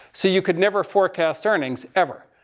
so you could never forecast earnings ever.